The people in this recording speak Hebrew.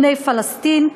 בני פלסטין.